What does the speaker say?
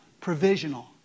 provisional